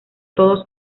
todos